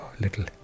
little